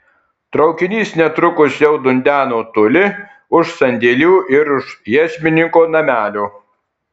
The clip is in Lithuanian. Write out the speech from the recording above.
traukinys netrukus jau dundeno toli už sandėlių ir už iešmininko namelio